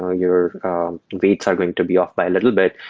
ah your reads are going to be off by a little bit,